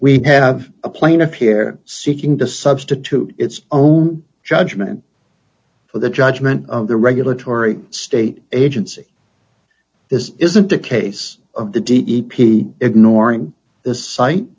we have a plaintiff here seeking to substitute its own judgment for the judgment of the regulatory state agency this isn't a case of the d e p t ignoring the site